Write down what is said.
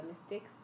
mistakes